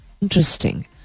interesting